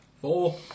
Four